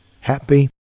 Happy